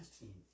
team